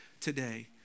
today